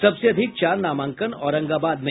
सबसे अधिक चार नामांकन औरंगाबाद में